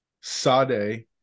Sade